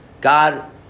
God